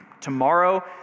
tomorrow